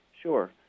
Sure